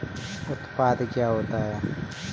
उत्पाद क्या होता है?